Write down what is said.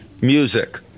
music